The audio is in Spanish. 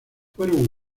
fueron